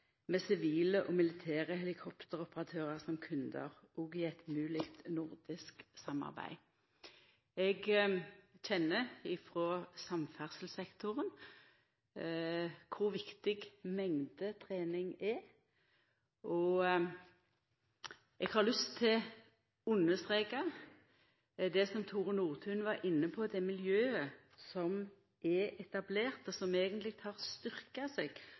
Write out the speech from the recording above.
med sivile og militære helikopteroperatørar som kundar og i eit mogleg nordisk samarbeid. Eg kjenner frå samferdselssektoren kor viktig mengdetrening er. Eg har lyst til å understreka det som Tore Nordtun var inne på, nemleg miljøet som er etablert på Sola, og som eigentleg har styrkt seg